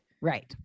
Right